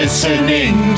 listening